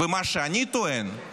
מה שאני טוען,